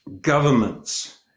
governments